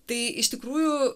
tai iš tikrųjų